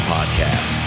Podcast